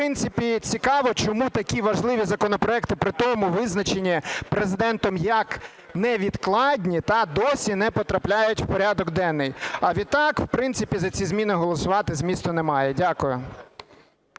в принципі цікаво, чому такі важливі законопроекти, притому визначені Президентом як невідкладні, та й досі не потрапляють в порядок денний? А відтак в принципі за ці зміни голосувати змісту немає. Дякую.